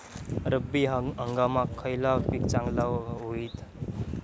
रब्बी हंगामाक खयला पीक चांगला होईत?